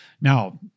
Now